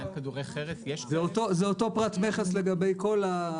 זה אותו פרט מכס לגבי כל האביזרים.